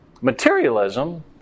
Materialism